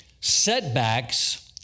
Setbacks